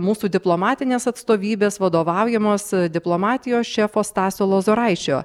mūsų diplomatinės atstovybės vadovaujamos diplomatijos šefo stasio lozoraičio